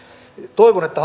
toivon että